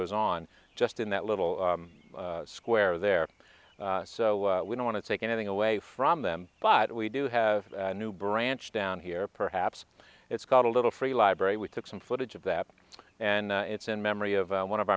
goes on just in that little square there so we don't want to take anything away from them but we do have a new branch down here perhaps it's got a little free library we took some footage of that and it's in memory of one of